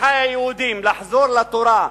אחי היהודים, לחזור לתורה,